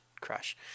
crush